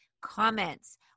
comments